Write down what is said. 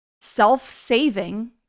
self-saving